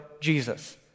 Jesus